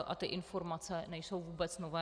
A ty informace nejsou vůbec nové.